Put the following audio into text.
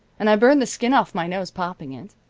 and i burned the skin off my nose popping it.